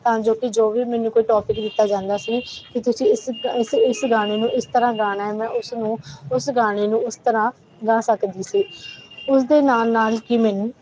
ਤਾਂ ਜੋ ਕਿ ਜੋ ਵੀ ਮੈਨੂੰ ਕੋਈ ਟੋਪਿਕ ਦਿੱਤਾ ਜਾਂਦਾ ਸੀ ਕਿ ਤੁਸੀਂ ਇਸ ਗਾਣ ਇਸ ਇਸ ਗਾਣੇ ਨੂੰ ਇਸ ਤਰ੍ਹਾਂ ਗਾਉਣਾ ਮੈਂ ਉਸ ਨੂੰ ਉਸ ਗਾਣੇ ਨੂੰ ਉਸ ਤਰ੍ਹਾਂ ਗਾ ਸਕਦੀ ਸੀ ਉਸਦੇ ਨਾਲ ਨਾਲ ਕਿ ਮੈਨੂੰ